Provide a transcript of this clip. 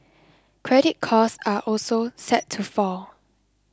credit costs are also set to fall